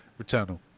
returnal